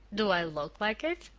do i look like it?